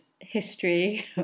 history